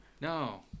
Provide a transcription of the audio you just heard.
No